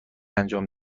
انجام